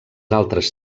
altres